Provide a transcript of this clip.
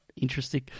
Interesting